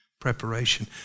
preparation